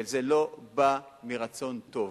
וזה לא בא מרצון טוב,